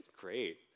great